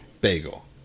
Bagel